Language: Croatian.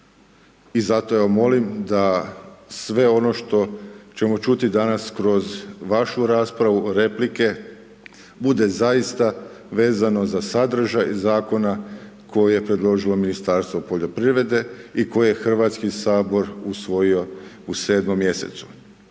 I zato ja molim da sve ono što ćemo čuti danas kroz vašu raspravu, replike, bude zaista vezano za sadržaj Zakona koje je predložilo Ministarstvo poljoprivrede i koje je Hrvatski sabor usvojio u sedmom mjesecu.